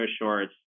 shorts